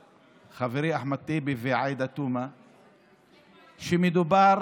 חבר הכנסת סלאלחה, בבקשה, סגירת סניף הדואר